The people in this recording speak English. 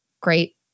great